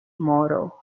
model